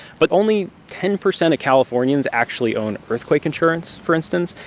but only ten percent of californians actually own earthquake insurance, for instance.